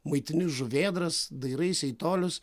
maitini žuvėdras dairaisi į tolius